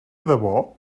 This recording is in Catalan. debò